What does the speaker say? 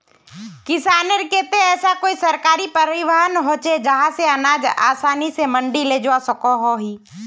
किसानेर केते ऐसा कोई सरकारी परिवहन होचे जहा से अनाज आसानी से मंडी लेजवा सकोहो ही?